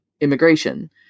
immigration